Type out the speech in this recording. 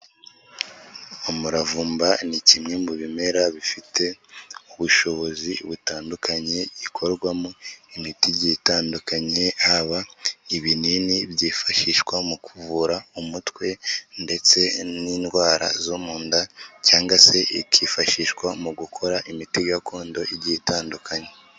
Umuravumba ni kimwe mu bimera bifite ubushobozi butandukanye ikorwamo imiti igiye itandukanye, haba ibinini byifashishwa mu kuvura umutwe ndetse n'indwara zo mu nda cyangwa se ikifashishwa mu gukora imiti gakondo igiye itandukanye.